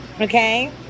Okay